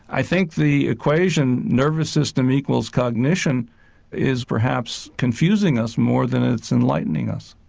i think the equation nervous system equals cognition is perhaps confusing us more than it's enlightening us.